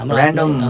random